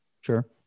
Sure